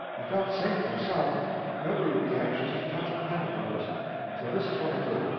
i felt safe myself nobody would be anxious to touch a pet of yours. so this is what i did.